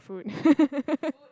food